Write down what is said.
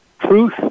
truth